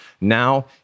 Now